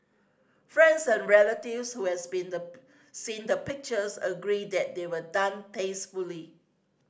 friends and relatives who has been the seen the pictures agree that they were done tastefully